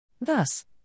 Thus